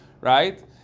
right